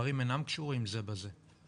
הדברים אינם קשורים זה בזה.